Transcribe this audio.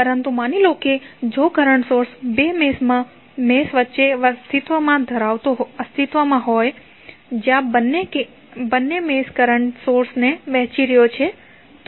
પરંતુ માની લો કે જો કરંટ સોર્સ બે મેશ વચ્ચે અસ્તિત્વમાં હોય જ્યાં બંને મેશ કરંટ સોર્સને વહેંચી રહ્યાં છે તો તમારે શું કરવું જોઈએ